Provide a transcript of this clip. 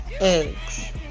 eggs